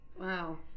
Wow